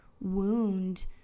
wound